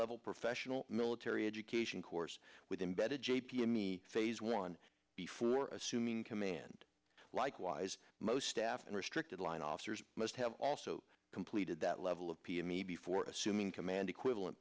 level professional military education course with embed a j p m e phase one before assuming command likewise most staff and restricted line officers must have also completed that level of p m e before assuming command equivalent